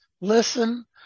listen